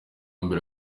mbere